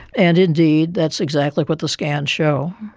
and indeed that's exactly what the scans show.